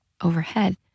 overhead